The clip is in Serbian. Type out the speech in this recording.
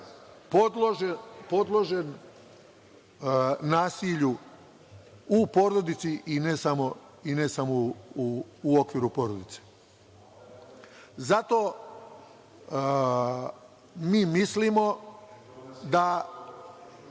podložan nasilju u porodici i ne samo u okviru porodice. Zato mi mislimo da